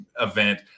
event